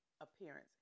appearance